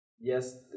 Yes